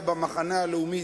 במחנה הלאומי,